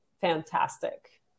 fantastic